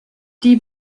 die